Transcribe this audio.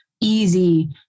easy